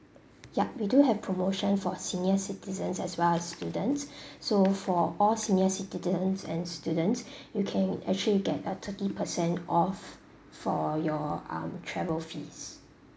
ya we do have promotion for senior citizens as well as students so for all senior citizens and students you can actually you can get a thirty percent off for your um travel fees